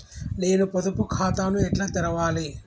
నేను పొదుపు ఖాతాను ఎట్లా తెరవాలి?